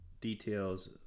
details